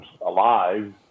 alive